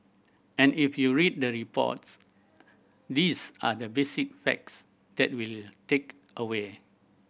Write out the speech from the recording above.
and if you read the reports these are the basic facts that will take away